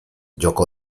joko